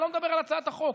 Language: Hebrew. אני לא מדבר על הצעת החוק.